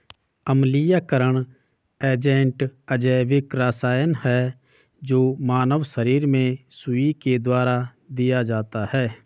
अम्लीयकरण एजेंट अजैविक रसायन है जो मानव शरीर में सुई के द्वारा दिया जाता है